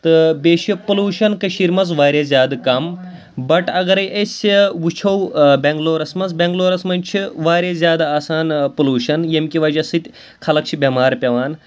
تہٕ بیٚیہِ چھِ پُلوٗشَن کٔشیٖر منٛز واریاہ زیادٕ کَم بَٹ اگرَے أسۍ وٕچھو بٮ۪نٛگلورَس منٛز بٮ۪نٛگلورَس منٛز چھِ واریاہ زیادٕ آسان پُلوٗشَن ییٚمہِ کہِ وَجہ سۭتۍ خلق چھِ بٮ۪مار پٮ۪وان